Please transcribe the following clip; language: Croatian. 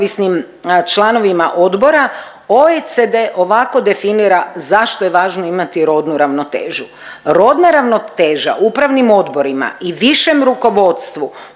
OECD ovako definira zašto je važno imati rodnu ravnotežu. Rodna ravnoteža u upravnim odborima i višem rukovodstvu